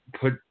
put